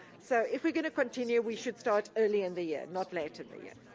so if we're going to continue, we should start early in the year, not late in the year.